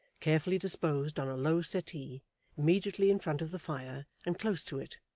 carefully disposed on a low settee immediately in front of the fire and close to it,